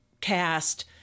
cast